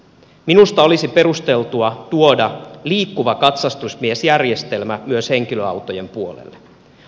minusta olisi perusteltua tuoda liikkuva katsastusmiesjärjestelmä myös henkilöautojen puolelle